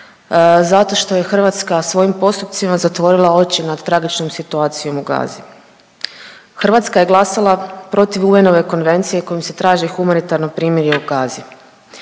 zato što je Hrvatska svojim postupcima zatvorila oči nad tragičnom situacijom u Gazi. Hrvatska je glasala protiv UN-ove Konvencije kojom se traži humanitarno primirje u Gazi,